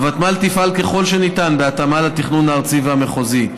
הוותמ"ל תפעל ככל שניתן בהתאמה לתכנון הארצי והמחוזי.